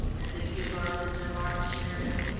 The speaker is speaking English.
and the humour of his remark cheered him.